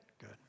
Good